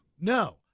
No